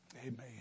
Amen